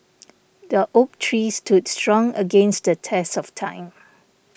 the oak tree stood strong against the test of time